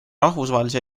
rahvusvahelise